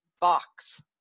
box